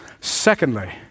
Secondly